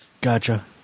Gotcha